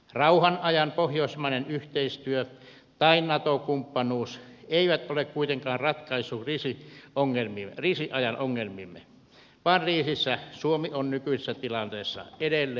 rauhanajan pohjoismainen yhteistyö tai nato kumppanuus eivät ole kuitenkaan ratkaisu kriisiajan ongelmiimme vaan kriisissä suomi on nykyisessä tilanteessa edelleen yksin